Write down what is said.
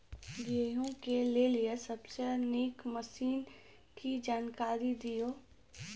गेहूँ कटाई के लेल सबसे नीक मसीनऽक जानकारी दियो?